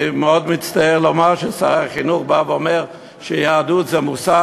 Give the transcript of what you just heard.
אני מאוד מצטער לומר ששר החינוך בא ואומר שיהדות היא מושג,